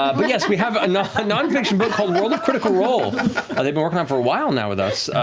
but yes, we have a non-fiction book called world of critical role. they've been working on for a while now with us,